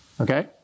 Okay